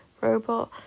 robot